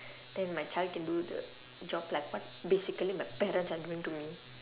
then my child can do the job like what basically my parents are doing to me